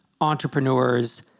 entrepreneurs